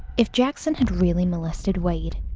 if jackson had really molested wade,